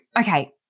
okay